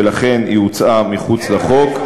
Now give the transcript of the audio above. ולכן היא הוצאה אל מחוץ לחוק.